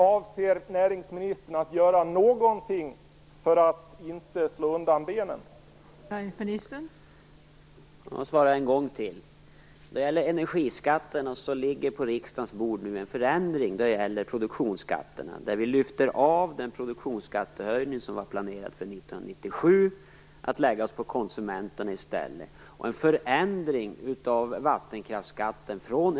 Avser näringsministern att göra något för att undvika att benen slås undan på det sätt som jag här nämnt?